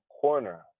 corner